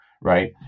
right